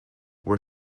were